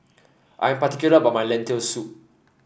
I am particular about my Lentil Soup